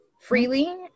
freely